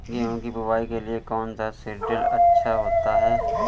गेहूँ की बुवाई के लिए कौन सा सीद्रिल अच्छा होता है?